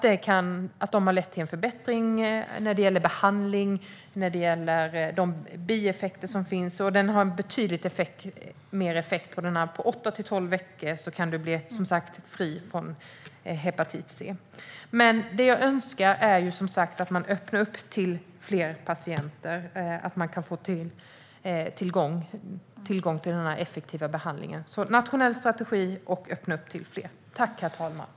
De har lett till en förbättring när det gäller behandling och bieffekter, och de har betydligt bättre effekt. På åtta till tolv veckor kan man bli fri från hepatit C. Men det jag önskar är att man ska öppna detta för fler patienter, så att de kan få tillgång till denna effektiva behandling. Alltså: Det behövs en nationell strategi, och man behöver öppna läkemedelsbehandlingen för fler.